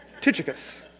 Tychicus